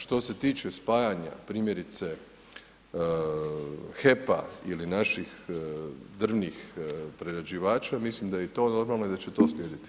Što se tiče spajanja primjerice HEP-a ili naših drvnih prerađivača mislim da je i to normalno i da će to slijediti.